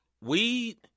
weed